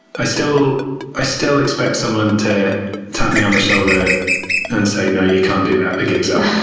i still i still expect someone to tap me on the shoulder and say, no you can't do that. the gig's up.